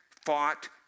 fought